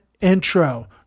intro